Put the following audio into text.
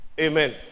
Amen